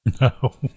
No